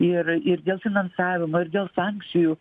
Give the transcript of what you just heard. ir ir dėl finansavimo ir dėl sankcijų